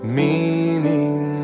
meaning